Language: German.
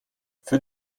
für